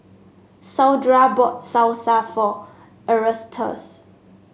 Saundra bought Salsa for Erastus